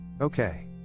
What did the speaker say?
Okay